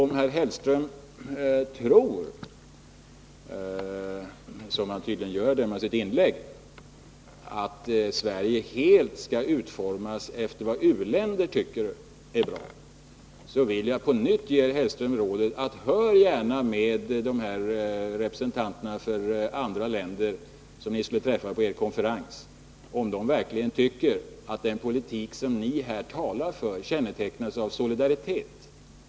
Om Mats Hellström tror — att döma av hans inlägg gör han tydligen det — att Sverige helt bör utformas som u-länderna tycker, vill jag på nytt ge Mats Hellström rådet: Fråga gärna deltagarna från de länder som representeras på er konferens, om de verkligen tycker att den politik som ni här talar för kännetecknas av solidaritet.